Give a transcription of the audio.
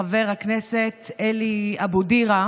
הכי בטוח לסדר לך להיות ליד ח'אן אל-אחמר,